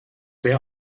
sehr